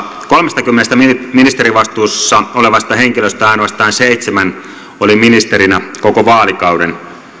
kolmestakymmenestä ministerivastuussa olevasta henkilöstä ainoastaan seitsemän oli ministerinä koko vaalikauden